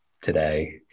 today